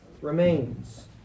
remains